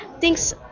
Thanks